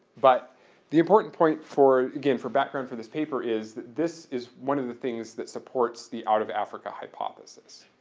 but the important point for again, for background for this paper is that this is one of the things that supports the out of africa hypothesis.